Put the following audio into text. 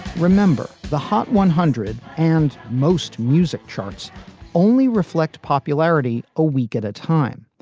remember, the hot one hundred and most music charts only reflect popularity a week at a time,